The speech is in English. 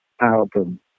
album